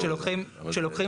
אבל כשלוקחים